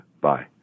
Bye